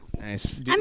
Nice